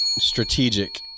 Strategic